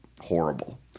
horrible